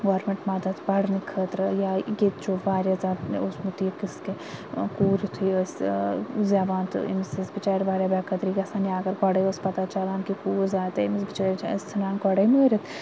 government مَدَد پَرنہٕ خٲطرٕ یا ییٚتہِ چھُ واریاہ زیادٕ اوسمُت یہِ قصہٕ کہِ کوٗر یِتھُے ٲسۍ زیٚوان تہٕ أمس ٲسۍ بِچارٕ واریاہ بےٚ قَدری گَژھان یا اگر گۄڈے ٲسۍ پَتا چَلان کہِ کوٗر زایہِ تہٕ أمس بِچارِ ٲسۍ ژٕنان گۄڈے مٲرِتھ